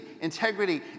integrity